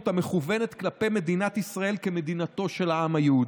המכוונת כלפי מדינת ישראל כמדינתו של העם היהודי.